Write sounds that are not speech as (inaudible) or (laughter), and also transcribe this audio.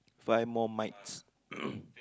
five more mites (noise)